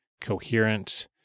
coherent